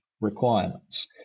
requirements